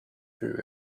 through